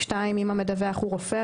(2) אם המדווח הוא רופא,